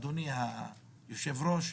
אדוני היושב-ראש,